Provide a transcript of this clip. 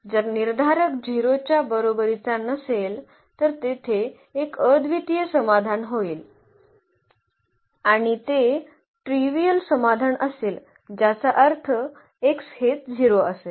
जर निर्धारक 0 च्या बरोबरीचा नसेल तर तेथे एक अद्वितीय समाधान होईल आणि ते ट्रीवियल समाधान असेल ज्याचा अर्थ x हे 0 असेल